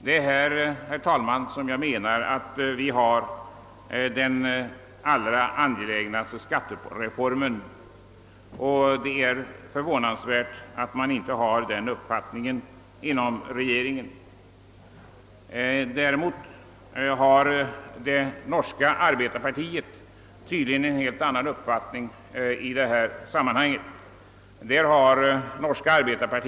Här behöver enligt min mening vår mest angelägna skattereform genomföras. Det är förvånansvärt att man inte har den uppfattningen inom regeringen. Det norska arbetarpartiet har tydligen en helt annan uppfattning än den svenska regeringen i detta sammanhang.